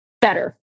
better